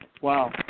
wow